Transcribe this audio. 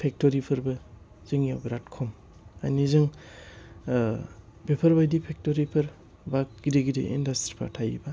फेक्टरिफोरबो जोंनियाव बिराद खम मानि जों ओह बेफोरबायदि फेक्टरिफोर बा गिदिर गिदिर इनदास्थ्रिफोर थायोबा